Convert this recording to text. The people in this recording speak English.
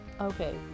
okay